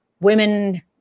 women